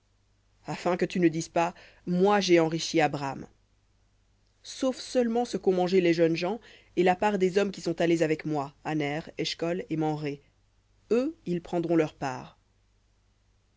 afin que tu ne dises pas moi j'ai enrichi abram sauf seulement ce qu'ont mangé les jeunes gens et la part des hommes qui sont allés avec moi aner eshcol et mamré eux ils prendront leur part